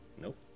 Nope